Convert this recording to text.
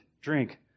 drink